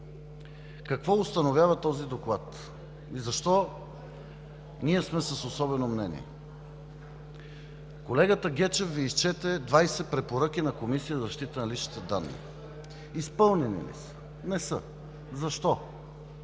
Какво установява този доклад и защо ние сме с „особено мнение“? Колегата Гечев Ви изчете 20 препоръки на Комисията за защита на личните данни. Изпълнени ли са? Не са! Защо?